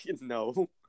No